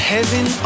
Heaven